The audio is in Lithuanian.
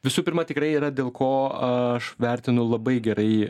visų pirma tikrai yra dėl ko aš vertinu labai gerai